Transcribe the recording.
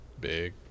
big